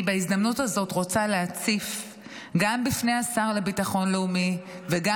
בהזדמנות הזאת אני רוצה להציף גם בפני השר לביטחון לאומי וגם